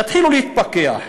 תתחילו להתפכח.